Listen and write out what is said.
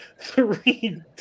three